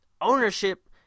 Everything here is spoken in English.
ownership